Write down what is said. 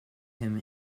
him